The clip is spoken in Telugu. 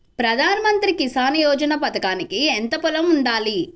ప్రధాన మంత్రి కిసాన్ యోజన పథకానికి ఎంత పొలం ఉండాలి?